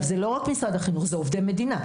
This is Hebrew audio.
זה לא רק משרד החינוך, זה עובדי מדינה.